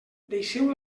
deixeu